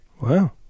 Wow